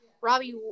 Robbie